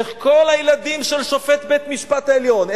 איך כל הילדים של שופט בית-המשפט העליון,